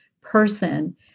person